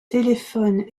téléphone